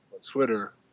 Twitter